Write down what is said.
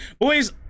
Boys